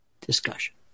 discussion